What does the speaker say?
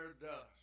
dust